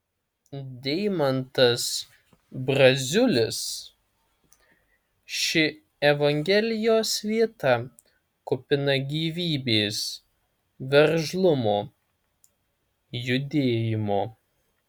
deimantas braziulis ši evangelijos vieta kupina gyvybės veržlumo judėjimo